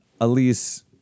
Elise